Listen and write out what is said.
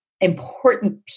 important